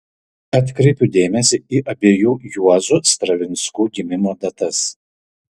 atkreipiu dėmesį į abiejų juozų stravinskų gimimo datas